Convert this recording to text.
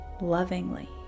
lovingly